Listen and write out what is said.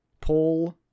Paul